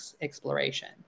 exploration